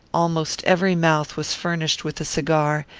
almost every mouth was furnished with a cigar,